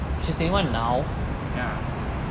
ya